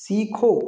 सीखो